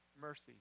mercy